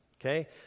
okay